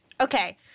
Okay